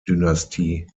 dynastie